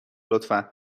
لطفا